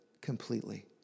completely